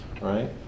right